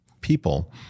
people